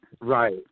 Right